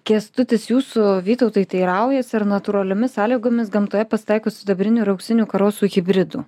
kęstutis jūsų vytautai teiraujasi ar natūraliomis sąlygomis gamtoje pasitaiko sidabrinių ir auksinių karosų hibridų